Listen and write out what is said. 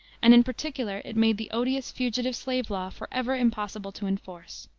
and in particular it made the odious fugitive slave law forever impossible to enforce.